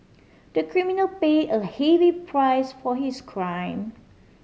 the criminal paid a heavy price for his crime